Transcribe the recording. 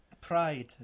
Pride